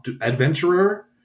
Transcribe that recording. adventurer